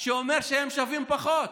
שאומר שהם שווים פחות.